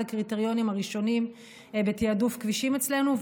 הקריטריונים הראשונים בתיעדוף כבישים אצלנו,